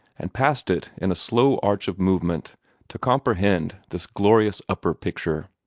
and passed it in a slow arch of movement to comprehend this glorious upper picture.